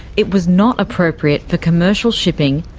it was not appropriate for commercial shipping,